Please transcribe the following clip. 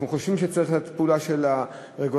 אנחנו חושבים שצריכה להיות פעולה של הרגולטור,